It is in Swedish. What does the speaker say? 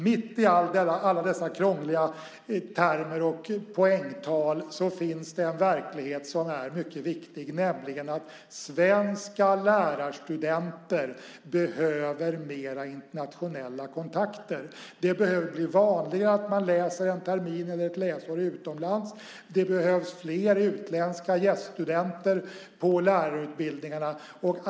Mitt i alla dessa krångliga termer och poängtal finns det en verklighet som är mycket viktig, nämligen att svenska lärarstudenter behöver mer internationella kontakter. Det behöver bli vanligare att man läser en termin eller ett läsår utomlands. Det behövs fler utländska gäststudenter på lärarutbildningarna.